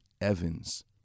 Evans